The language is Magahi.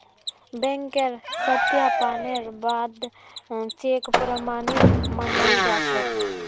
बैंकेर सत्यापनेर बा द चेक प्रमाणित मानाल जा छेक